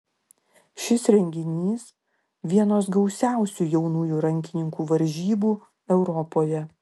šis renginys vienos gausiausių jaunųjų rankininkų varžybų europoje